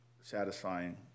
satisfying